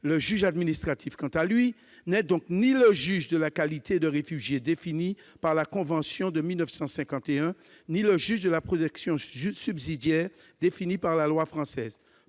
Le juge administratif, quant à lui, n'est le juge ni de la qualité de réfugié, définie par la Convention de 1951, ni de la protection subsidiaire, définie par la loi française.